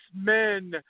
men